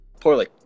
poorly